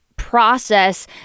process